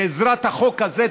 בעזרת החוק הזה,